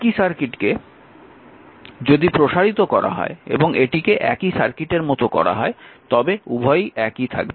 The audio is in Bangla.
একই সার্কিটকে যদি প্রসারিত করা হয় এবং এটিকে একই সার্কিটের মতো করা হয় তবে উভয়ই একই থাকে